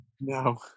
No